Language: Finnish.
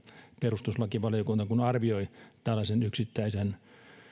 perustuslakivaliokunta arvioi tällaisen yksittäisen